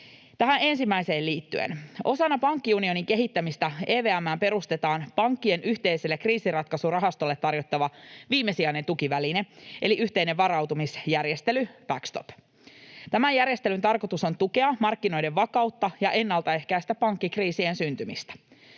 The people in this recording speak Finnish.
Tähän ensimmäiseen liittyen: Osana pankkiunionin kehittämistä EVM:ään perustetaan pankkien yhteiselle kriisinratkaisurahastolle tarjottava viimesijainen tukiväline eli yhteinen varautumisjärjestely, backstop. Tämän järjestelyn tarkoitus on tukea markkinoiden vakautta ja ennaltaehkäistä pankkikriisien syntymistä.